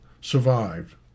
survived